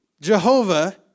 Jehovah